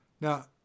Now